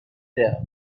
there